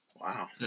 Wow